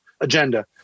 agenda